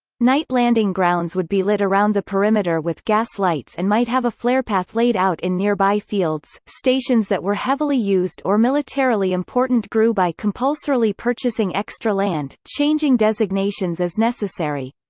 night landing grounds would be lit around the perimeter with gas lights lights and might have a flarepath laid out in nearby fields stations that were heavily used or militarily important grew by compulsorily purchasing extra land, changing designations as necessary.